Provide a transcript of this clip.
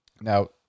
Now